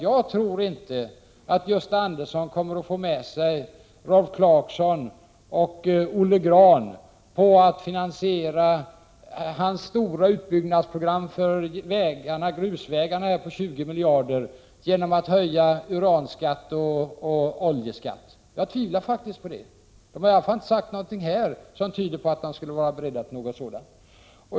Jag tror inte att Gösta Andersson kommer att få med sig Rolf Clarkson och Olle Grahn på att finansiera centerns stora utbyggnadsprogram för grusvägarna på 20 miljarder genom att höja uranskatt och oljeskatt. Jag tvivlar faktiskt på det. De har i varje fall inte sagt någonting här som tyder på att de skulle vara beredda till någonting sådant.